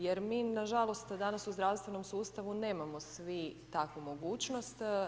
Jer mi nažalost, danas u zdravstvenom sustavu nemamo svi takvu mogućnost.